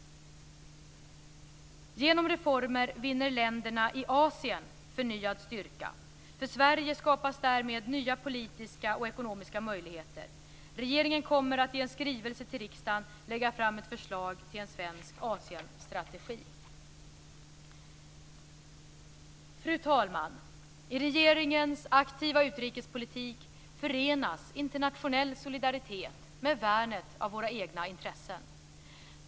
Genom reformer vinner länderna i Asien förnyad styrka. För Sverige skapas därmed nya politiska och ekonomiska möjligheter. Regeringen kommer att i en skrivelse till riksdagen lägga fram ett förslag till en svensk Asienstrategi. Fru talman! I regeringens aktiva utrikespolitik förenas internationell solidaritet med värnet av våra egna intressen.